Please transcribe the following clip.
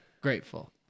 Grateful